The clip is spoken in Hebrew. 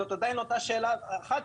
זאת עדיין אותה השאלה האחת,